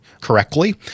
correctly